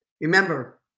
Remember